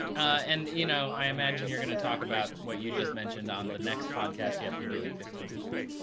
and you know, i imagine you're going to talk about what you just mentioned on the next podcast you have to do in fifteen minutes.